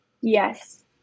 Yes